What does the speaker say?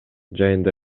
жайында